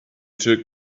took